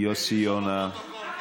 יוסי יונה.